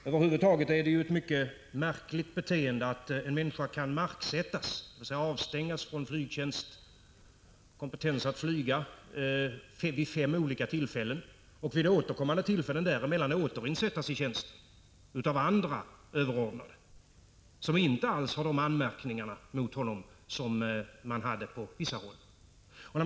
Över huvud taget är det mycket märkligt att en människa kan marksättas, dvs. avstängas från flygtjänst och kompetens att flyga vid fem olika tillfällen, men ändå vid återkommande tillfällen däremellan kan återinsättas i tjänst av andra överordnade, som inte alls riktar de anmärkningar mot honom som man hade gjort på vissa håll.